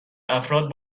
افراد